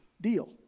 deal